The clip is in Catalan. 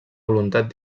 voluntat